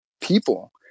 people